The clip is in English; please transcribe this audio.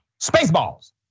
Spaceballs